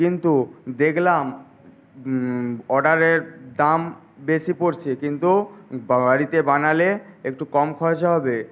কিন্তু দেখলাম অর্ডারের দাম বেশী পড়ছে কিন্তু বাড়িতে বানালে একটু কম খরচা হবে